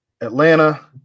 Atlanta